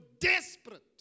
desperate